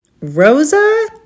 rosa